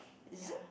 is it